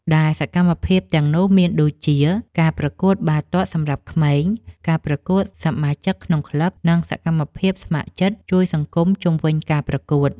ដែលសកម្មភាពទាំងនោះមានដូចជា ការប្រកួតបាល់ទាត់សម្រាប់ក្មេង ការប្រកួតសមាជិកក្នុងក្លឹប និងសកម្មភាពស្ម័គ្រចិត្តជួយសង្គមជុំវិញការប្រកួត។